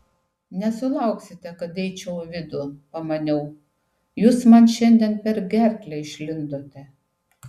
nesulauksite kad eičiau į vidų pamaniau jūs man šiandien per gerklę išlindote